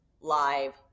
live